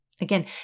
Again